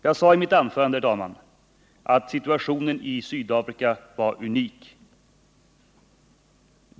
Jag sade i mitt anförande, herr talman, att situationen i Sydafrika var unik.